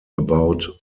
about